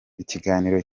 ikiganiro